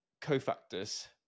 cofactors